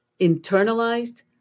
internalized